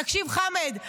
תקשיב, חמד.